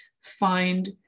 find